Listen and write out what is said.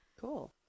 cool